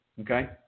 Okay